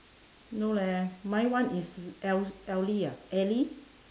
no leh mine [one] is el~ ellie ah ellie